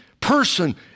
person